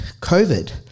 COVID